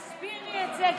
תסבירי את זה.